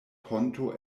ponto